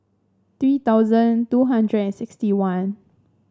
three thousand two hundred and sixty one